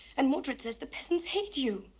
and mordred says the peasants hate you.